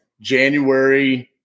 January